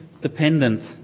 dependent